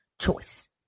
choice